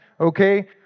okay